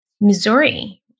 Missouri